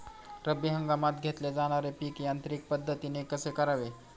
रब्बी हंगामात घेतले जाणारे पीक यांत्रिक पद्धतीने कसे करावे?